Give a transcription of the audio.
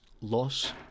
loss